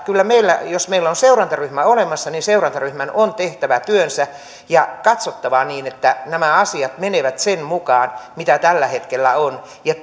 kyllä meillä jos meillä on seurantaryhmä olemassa seurantaryhmän on tehtävä työnsä ja katsottava niin että nämä asiat menevät sen mukaan mitä tällä hetkellä on ja